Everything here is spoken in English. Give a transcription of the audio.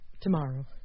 tomorrow